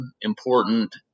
important